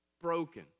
broken